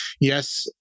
yes